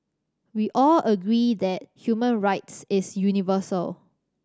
we all agree that human rights is universal